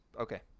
Okay